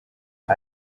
ubu